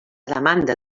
demanda